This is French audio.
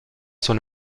son